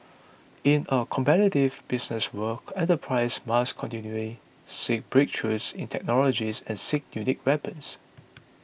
in a competitive business world enterprises must continually seek breakthroughs in technology and seek unique weapons